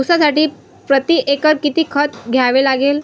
ऊसासाठी प्रतिएकर किती खत द्यावे लागेल?